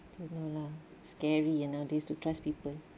tu lah scary nowadays to trust people